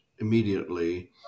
immediately